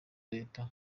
leta